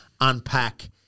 unpack